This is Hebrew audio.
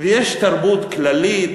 ויש תרבות כללית,